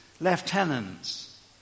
lieutenants